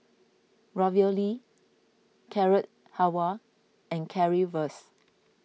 Ravioli Carrot Halwa and Currywurst